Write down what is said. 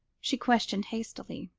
she questioned hastily.